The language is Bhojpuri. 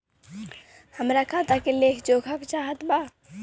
हमरा खाता के लेख जोखा चाहत बा?